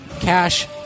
Cash